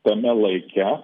tame laike